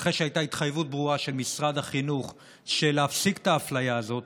אחרי שהייתה התחייבות של משרד החינוך להפסיק את האפליה הזאת,